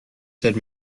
said